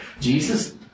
Jesus